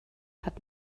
hat